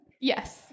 Yes